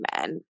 men